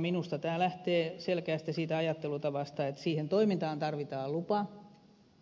minusta tämä lähtee selkeästi siitä ajattelutavasta että siihen toimintaan tarvitaan lupa